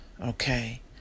okay